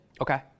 okay